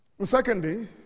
Secondly